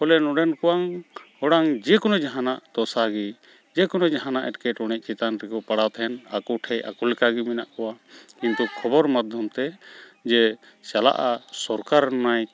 ᱯᱷᱚᱞᱮ ᱱᱚᱸᱰᱮᱱ ᱠᱚᱣᱟᱝ ᱦᱚᱲᱟᱝ ᱡᱮᱠᱳᱱᱳ ᱡᱟᱦᱟᱱᱟᱜ ᱫᱚᱥᱟᱜᱮ ᱡᱮᱠᱳᱱᱳ ᱡᱟᱦᱟᱱᱟᱜ ᱮᱴᱠᱮᱴᱚᱬᱮ ᱪᱮᱛᱟᱱᱨᱮᱠᱚ ᱯᱟᱲᱟᱣ ᱛᱮᱦᱮᱱ ᱟᱠᱚᱴᱷᱮᱡ ᱟᱠᱚ ᱞᱮᱠᱟᱜᱮ ᱢᱮᱱᱟᱜ ᱠᱚᱣᱟ ᱮᱝᱠᱟ ᱠᱷᱚᱵᱚᱨ ᱢᱟᱫᱽᱫᱷᱚᱢᱛᱮ ᱡᱮ ᱪᱟᱞᱟᱜᱼᱟ ᱥᱚᱨᱠᱟᱨ ᱚᱱᱟᱭ